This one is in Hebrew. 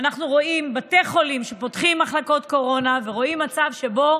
ואנחנו רואים בתי חולים שפותחים מחלקות קורונה ורואים מצב שבו